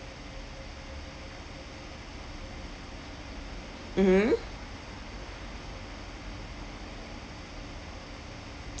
mmhmm